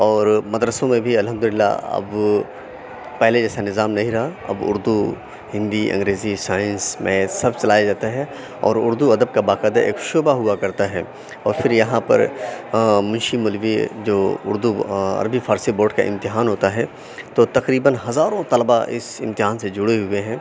اور مدرسوں میں بھی الحمد للہ اب پہلے جیسا نظام نہیں رہا اب اُردو ہندی انگریزی سائنس میتھ سب چلایا جاتا ہے اور اُردو ادب کا باقاعدہ ایک شعبہ ہُوا کرتا ہے اور پھر یہاں پر منشی مولوی جو اُردو آ عربی فارسی بورڈ کا امتحان ہوتا ہے تو تقریباً ہزاروں طلباء اِس امتحان سے جڑے ہوئے ہیں